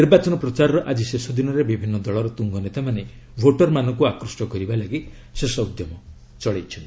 ନିର୍ବାଚନ ପ୍ରଚାରର ଆଜି ଶେଷ ଦିନରେ ବିଭିନ୍ନ ଦଳର ତ୍ରୁଙ୍ଗ ନେତାମାନେ ଭୋଟରମାନଙ୍କୁ ଆକୁଷ୍ଟ କରିବା ଲାଗି ଶେଷ ଉଦ୍ୟମ କରିଛନ୍ତି